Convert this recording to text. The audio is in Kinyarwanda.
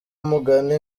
mugani